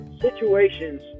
situations